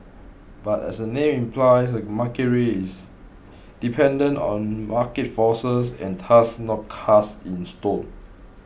but as the name implies a market rate is dependent on market forces and thus not cast in stone